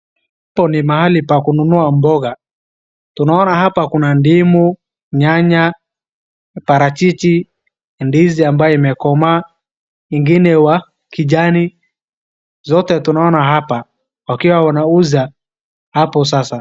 Hapo ni mahali pa kununua mboga. Tunaona hapa kuna ndimu, nyanya, parachichi, ndizi ambaye imekomaa, ingine wa kijani zote tunaona hapa wakiwa wanauza hapo sasa.